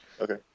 Okay